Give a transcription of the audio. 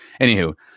anywho